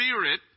spirit